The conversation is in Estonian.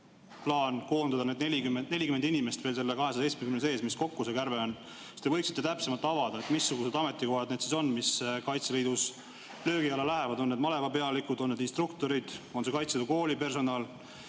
plaan koondada 40 inimest veel selle 270 sees, mis see kärbe kokku on. Kas te võiksite täpsemalt avada, missugused ametikohad need siis on, mis Kaitseliidus löögi alla lähevad, on need malevapealikud, on need instruktorid, on see Kaitseväe kooli personal?